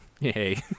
Yay